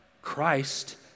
Christ